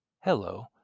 Hello